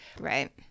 Right